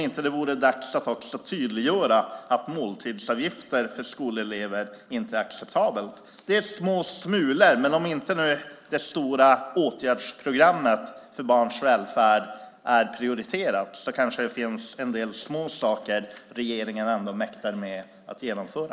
Vore det inte dags att också tydliggöra att måltidsavgifter för skolelever inte är acceptabelt? Det är små smulor, men om inte det stora åtgärdsprogrammet för barns välfärd är prioriterat kanske det finns en del små saker regeringen ändå mäktar med att genomföra.